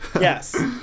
yes